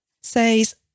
says